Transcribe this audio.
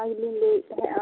ᱚᱱᱟ ᱜᱮᱞᱤᱧ ᱞᱟᱹᱭᱮᱫ ᱛᱟᱦᱮᱸᱜᱼᱟ